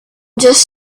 just